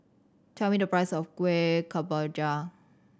tell me the price of Kuih Kemboja